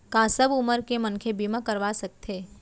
का सब उमर के मनखे बीमा करवा सकथे?